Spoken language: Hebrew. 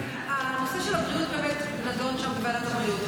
הנושא של הבריאות נדון עכשיו בוועדת הבריאות.